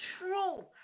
true